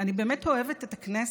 אני באמת אוהבת את הכנסת,